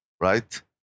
Right